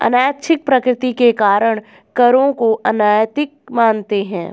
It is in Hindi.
अनैच्छिक प्रकृति के कारण करों को अनैतिक मानते हैं